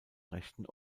rechten